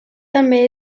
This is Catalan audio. també